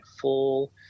full